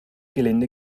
gelinde